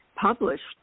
published